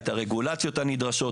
את הרגולציות הנדרשות,